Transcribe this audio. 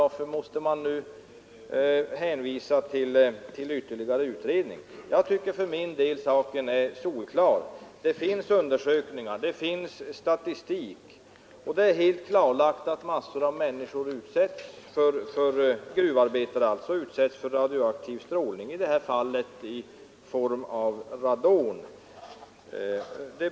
Varför måste man nu hänvisa till ytterligare utredning? Jag tycker för min del att saken är solklar. Det finns undersökningar och statistik, och det är helt klarlagt att en mängd gruvarbetare utsätts för radioaktiv strålning, i det här fallet i form av radon.